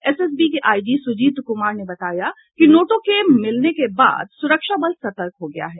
SSB के IG Sujit Kumar ने बताया कि नोटों के मिलने के बाद सुरक्षा बल सतर्क हो गया है